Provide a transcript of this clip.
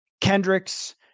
Kendricks